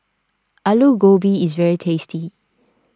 Alu Gobi is very tasty